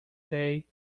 day